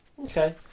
Okay